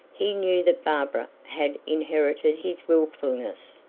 he knew that barbara had inherited his willfulness,